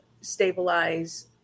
stabilize